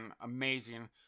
amazing